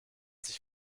sich